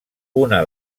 una